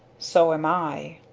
so am i,